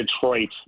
Detroit